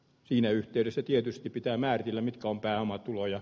siinä yhteydessä tietysti pitää määritellä mitkä on pääomatuloja